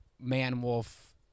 man-wolf